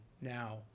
now